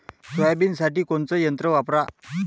सोयाबीनसाठी कोनचं यंत्र वापरा?